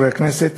ושלישית.